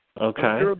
Okay